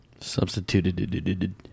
Substituted